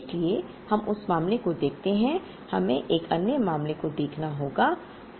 इसलिए हम उस मामले को देखते हैं हमें एक अन्य मामले को देखना होगा